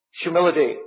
humility